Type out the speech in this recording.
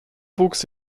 wuchs